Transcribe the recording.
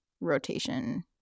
rotation